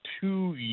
two